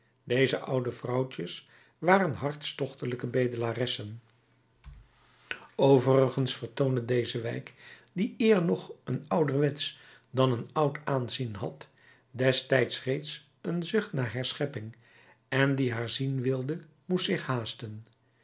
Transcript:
deze oude vrouwtjes waren hartstochtelijke bedelaressen overigens vertoonde deze wijk die eer nog een ouderwetsch dan een oud aanzien had destijds reeds een zucht naar herschepping en die haar zien wilde moest zich haasten